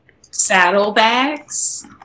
saddlebags